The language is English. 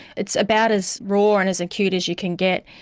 it's about as raw and as acute as you can get,